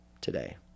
today